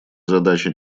задачи